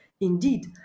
Indeed